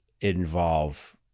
involve